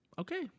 okay